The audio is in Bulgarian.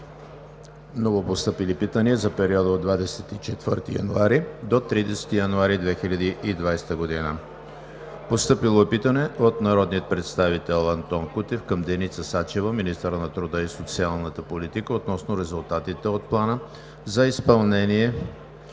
Новопостъпили питания за периода от 24 януари до 30 януари 2020 г. от: - народния представител Антон Кутев към Деница Сачева, министър на труда и социалната политика, относно резултатите от Плана за изпълнение